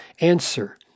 Answer